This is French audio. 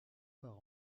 par